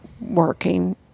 working